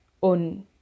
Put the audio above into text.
on